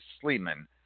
Sleeman